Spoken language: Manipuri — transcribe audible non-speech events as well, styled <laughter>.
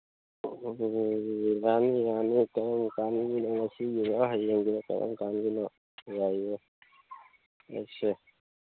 <unintelligible> ꯌꯥꯅꯤ ꯌꯥꯅꯤ ꯀꯔꯝ ꯀꯥꯟꯒꯤꯅꯣ ꯉꯁꯤꯒꯤꯔꯣ ꯍꯌꯦꯡꯒꯤꯔꯣ ꯀꯔꯝ ꯀꯥꯟꯒꯤꯅꯣ ꯌꯥꯏꯌꯦ ꯆꯠꯁꯦ